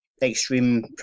Extreme